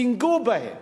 תיגעו בהם.